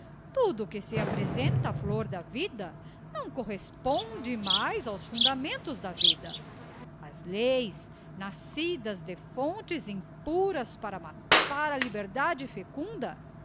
tudo que se apresenta á flor da vida não corresponde mais aos fundamentos da vida as leis nascidas de fontes impuras para matar a liberdade fecunda